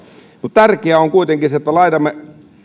tärkeää on kuitenkin se että laitamme